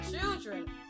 children